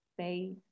space